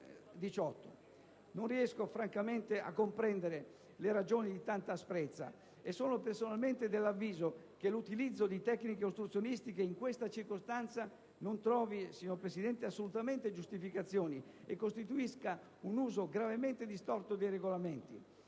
Non riesco francamente a comprendere le ragioni di tanta asprezza e, signor Presidente, sono personalmente dell'avviso che l'utilizzo di tecniche ostruzionistiche in questa circostanza non trovi assolutamente giustificazioni e costituisca un uso gravemente distorto dei Regolamenti.